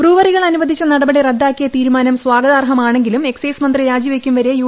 ബ്രൂവറികൾ അനുവദിച്ച നടപടി റദ്ദാക്കിയ തീരുമാനം സ്വാഗതാർഹമാണെങ്കിലും എക്സൈസ് മന്ത്രി രാജിവയ്ക്കുംവരെ യു